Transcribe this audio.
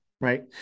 right